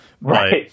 Right